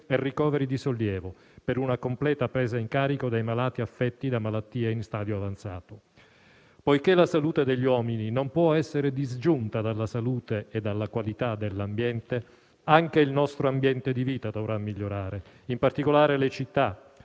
e ricoveri di sollievo, per una completa presa in carico dei malati affetti da malattia in stadio avanzato. Poiché la salute degli uomini non può essere disgiunta dalla salute e dalla qualità dell'ambiente, anche il nostro ambiente di vita dovrà migliorare, in particolare le città,